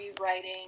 rewriting